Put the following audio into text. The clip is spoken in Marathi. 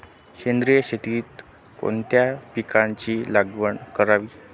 सेंद्रिय शेतीत कोणत्या पिकाची लागवड करावी?